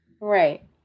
Right